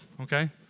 okay